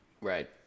Right